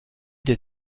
des